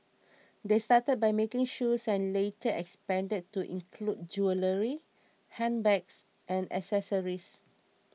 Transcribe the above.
they started by making shoes and later expanded to include jewellery handbags and accessories